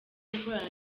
gukorana